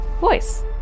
voice